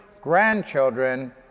grandchildren